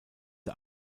der